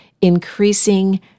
increasing